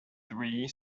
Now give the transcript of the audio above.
three